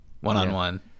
one-on-one